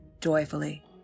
joyfully